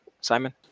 Simon